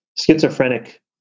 schizophrenic